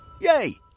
Yay